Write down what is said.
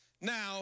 Now